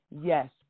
yes